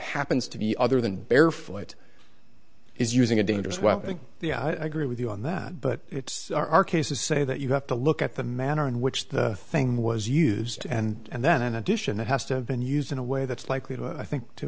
happens to be other than barefoot is using a dangerous weapon the i gree with you on that but our cases say that you have to look at the manner in which the thing was used and then in addition it has to have been used in a way that's likely to i think to